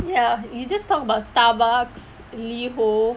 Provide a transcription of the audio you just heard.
ya you just talk about Starbucks liho